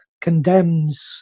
condemns